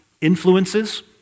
influences